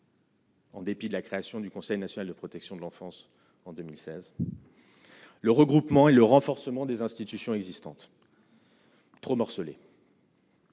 En dépit de la création du Conseil national de protection de l'enfance en 2016 le regroupement et le renforcement des institutions existantes trop morcelé.